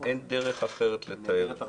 אין דרך אחרת לתאר את זה.